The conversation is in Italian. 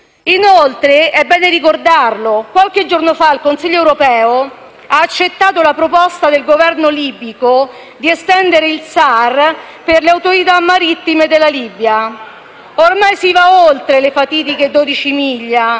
Inoltre è bene ricordare che qualche giorno fa il Consiglio europeo ha accettato la proposta del Governo libico di estendere la zona di *search and rescue* (SAR) per le autorità marittime della Libia. Ormai si va oltre le fatidiche 12 miglia.